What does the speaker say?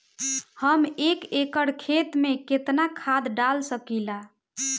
हम एक एकड़ खेत में केतना खाद डाल सकिला?